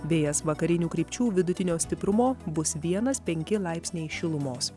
vėjas vakarinių krypčių vidutinio stiprumo bus vienas penki laipsniai šilumos